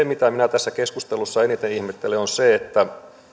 mitä minä tässä keskustelussa eniten ihmettelen on se